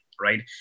right